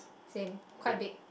same quite big